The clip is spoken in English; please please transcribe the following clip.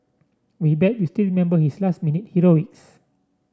we bet you still remember his last minute heroics